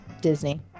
Disney